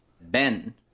Ben